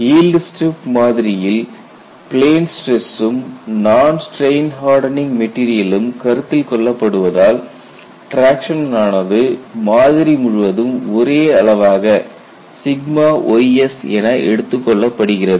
yield strip மாதிரியில் plane ஸ்டிரசும் non strain hardening மெட்டீரியலும் கருத்தில் கொள்ளப்படுவதால் டிராக்சன் ஆனது மாதிரி முழுவதும் ஒரே அளவாக ys என எடுத்துக்கொள்ளப்படுகிறது